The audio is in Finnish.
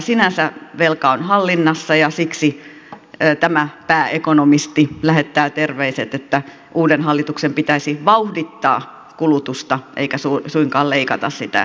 sinänsä velka on hallinnassa ja siksi tämä pääekonomisti lähettää terveiset että uuden hallituksen pitäisi vauhdittaa kulutusta eikä suinkaan leikata sitä